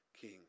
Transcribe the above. King